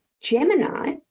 Gemini